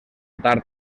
tard